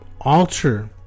alter